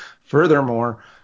Furthermore